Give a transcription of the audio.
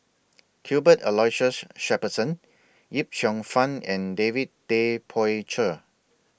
Cuthbert Aloysius Shepherdson Yip Cheong Fun and David Tay Poey Cher